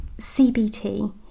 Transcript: CBT